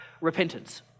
repentance